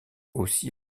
aussi